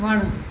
वणु